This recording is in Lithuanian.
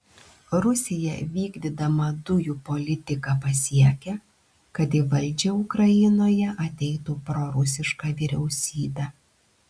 rusija vykdydama dujų politiką pasiekė kad į valdžią ukrainoje ateitų prorusiška vyriausybė